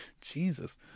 Jesus